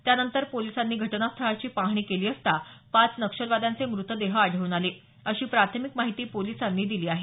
त्यानंतर पोलिसांनी घटनास्थळाची पाहणी केली असता पाच नक्षलवाद्यांचे मृतदेह आढळून आले अशी प्राथमिक माहिती पोलिसांनी दिली आहे